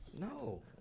No